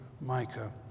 Micah